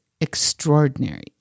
extraordinary